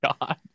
God